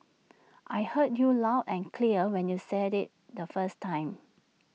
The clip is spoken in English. I heard you loud and clear when you said IT the first time